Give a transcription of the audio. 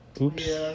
Oops